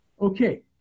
Okay